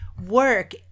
work